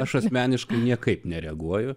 aš asmeniškai niekaip nereaguoju